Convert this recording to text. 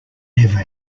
never